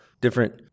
different